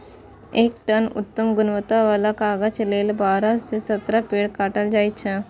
एक टन उत्तम गुणवत्ता बला कागज लेल बारह सं सत्रह पेड़ काटल जाइ छै